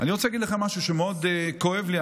אני רוצה להגיד לכם משהו שמאוד כואב לי.